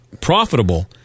profitable